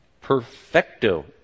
Perfecto